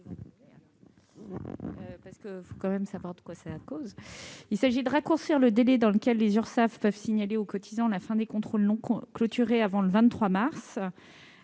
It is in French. vise à raccourcir le délai dans lequel les Urssaf peuvent signaler aux cotisants la fin des contrôles non clôturés avant le 23 mars